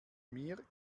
mir